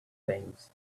things